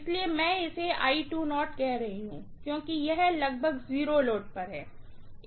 इसलिए मैं इसे कह रहा हूं क्योंकि यह लगभग 0 लोड पर है